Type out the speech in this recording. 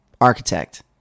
architect